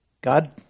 God